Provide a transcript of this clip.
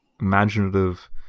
imaginative